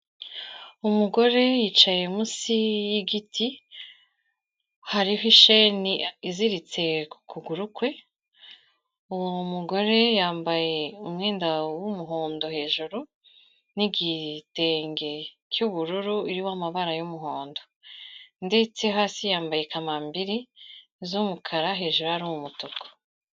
Umugore yicaye munsi y'igiti, hariho isheni iziritse ku kuguru kwe, uwo mugore yambaye umwenda w'umuhondo hejuru n'igitenge cy'ubururu, irimo amabara y'umuhondo ndetse hasi yambaye kamambiri z'umukara hejuru ari umutuku.